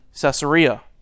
Caesarea